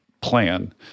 plan